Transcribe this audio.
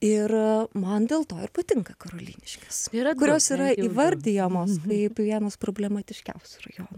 ir man dėl to ir patinka karoliniškės yra kurios yra įvardijamos kaip vienas problematiškiausių rajonų